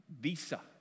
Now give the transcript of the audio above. Visa